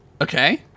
okay